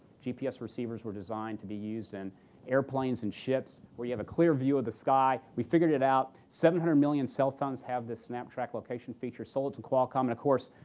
gps receivers were designed to be used in airplanes and ships where you have a clear view of the sky. we figured it out. seven hundred million cell phones have this snaptrack location feature. sold it to qualcomm. and, of course,